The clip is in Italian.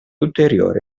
ulteriore